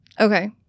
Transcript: Okay